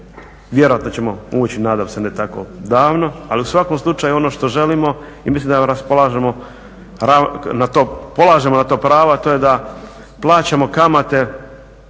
vjerojatno ćemo ući nadam se ne tako davno ali u svakom slučaju ono što želimo i mislim da polažemo na to pravo, a to je da plaćamo kamate